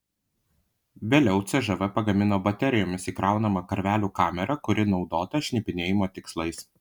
vėliau cžv pagamino baterijomis įkraunamą karvelių kamerą kuri naudota šnipinėjimo tikslais